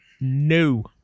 No